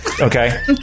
Okay